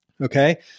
okay